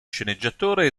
sceneggiatore